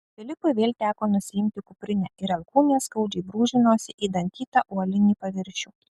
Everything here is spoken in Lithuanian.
filipui vėl teko nusiimti kuprinę ir alkūnės skaudžiai brūžinosi į dantytą uolinį paviršių